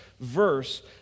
verse